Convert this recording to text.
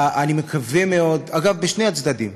אני מקווה מאוד, אגב, בשני הצדדים.